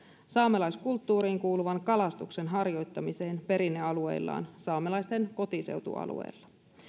saamelaiskulttuuriin kuuluvan kalastuksen harjoittamiseen perinnealueillaan saamelaisten kotiseutualueilla